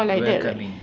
welcoming